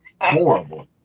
Horrible